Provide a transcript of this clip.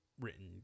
written